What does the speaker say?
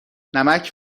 نمک